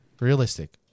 realistic